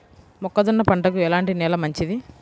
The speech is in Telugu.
మొక్క జొన్న పంటకు ఎలాంటి నేల మంచిది?